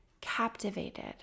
captivated